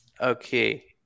Okay